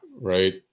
right